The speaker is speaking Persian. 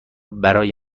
برای